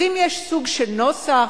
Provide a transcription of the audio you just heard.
אז אם יש סוג של נוסח